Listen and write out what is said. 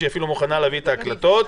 היא אפילו מוכנה להביא את ההקלטות.